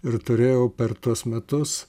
ir turėjau per tuos metus